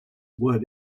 wood